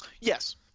Yes